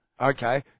Okay